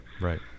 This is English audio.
Right